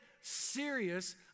serious